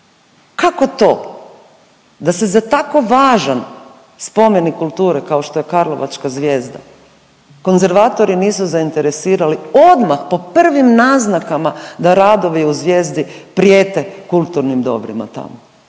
kako to da se za tako važan spomenik kulture kao što je karlovačka Zvijezda konzervatori nisu zainteresirali odmah po prvim naznakama da radovi u Zvijezdi prijete kulturnim dobrima tamo.